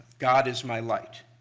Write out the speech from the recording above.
god is my light.